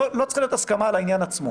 לא צריכה להיות הסכמה על העניין עצמו.